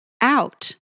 out